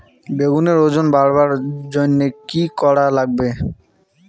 বেগুনের ওজন বাড়াবার জইন্যে কি কি করা লাগবে?